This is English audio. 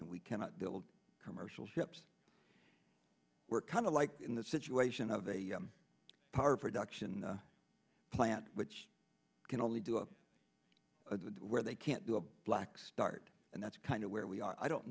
and we cannot build commercial ships we're kind of like in the situation of a power production plant which can only do a good where they can't do a black start and that's kind of where we are i don't